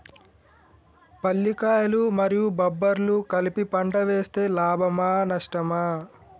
పల్లికాయలు మరియు బబ్బర్లు కలిపి పంట వేస్తే లాభమా? నష్టమా?